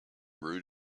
brewed